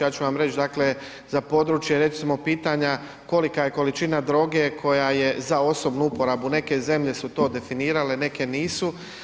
Ja ću vam reći dakle za područje recimo pitanja kolika je količina droge koja je za osobnu uporabu, neke zemlje su to definirale, neke nisu.